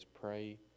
Pray